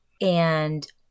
and-